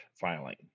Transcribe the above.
filing